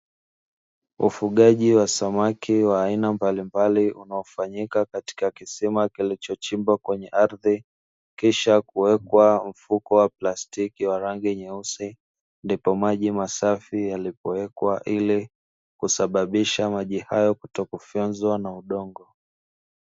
Ufugaji wa samaki wa aina mbalimbali unaofanyika katika kisima kilichochimbwa kwenye ardhi. Kisha kuwekwa mfuko wa plastiki wenye rangi nyeusi ndipo maji masafi yalipowekwa ili kusababisha maji hayo kutokufonzwa na udongo.